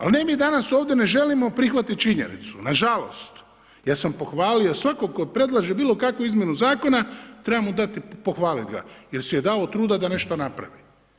Ali ne mi danas ovdje ne želimo prihvatiti činjenicu, nažalost, ja sam pohvalio svakog tko predlaže bilo kakvu izmjenu zakona trebamo dati, pohvaliti ga jer si je dao truda da nešto napravi.